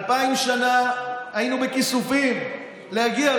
אלפיים שנה היינו בכיסופים להגיע,